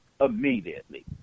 immediately